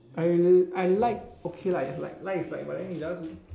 I I like okay like like like is but then it's just